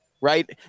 right